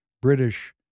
British